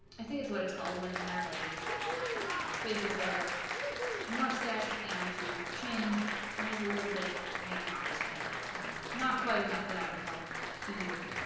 i think it's what it's called when you have a facial hair mustache down to your chin it has a little bit hanging off his chin as well not quite enough that i would call a beard